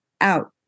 out